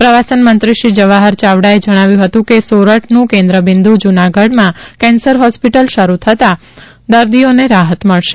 પ્રવાસનમંત્રી શ્રી જવાહર યાવડાએ જણાવ્યું હતું કે સોરઠનું કેન્દ્રબિંદુ જુનાગઢમાં કેન્સર હોસ્પિટલ શરૂ થતાં દર્દીઓને રાહત મળશે